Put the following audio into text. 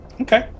okay